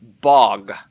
bog